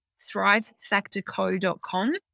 thrivefactorco.com